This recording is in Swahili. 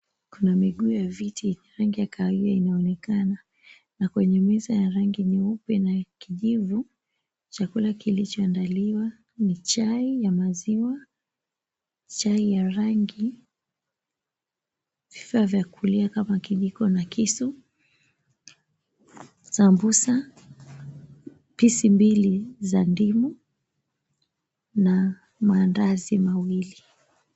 Kuna miguu ya viti yenye rangi ya kahawia inaonekana na kwenye meza ya rangi nyeupe na ya kijivu. Chakula kilichoandaliwa ni chai ya maziwa, chai ya rangi vifaa vya kulia kama kijiko na kisu, samosa. Pisi mbili za ndimu na mandazi mawili.